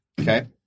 Okay